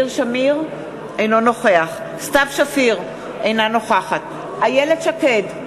אינו נוכח סתיו שפיר, אינה נוכחת איילת שקד,